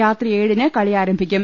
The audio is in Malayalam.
രാത്രി ഏഴിന് കളി ആരംഭിക്കും